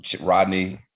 Rodney